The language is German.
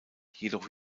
jedoch